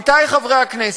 עמיתי חברי הכנסת,